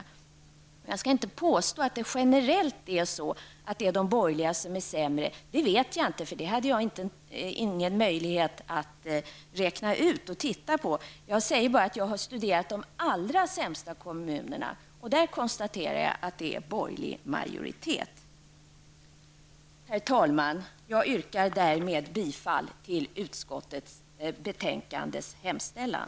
Jag skall inte påstå att de borgerliga generellt är sämre, för det vet jag inte. Det hade jag inte möjlighet att ta reda på. Jag säger bara att jag har studerat de allra sämsta kommunerna och konstaterar att bland dem är det borgerlig majoritet. Herr talman! Jag yrkar därmed bifall till utskottets hemställan.